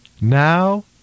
Now